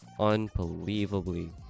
unbelievably